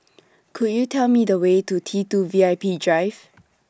Could YOU Tell Me The Way to T two V I P Drive